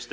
förtal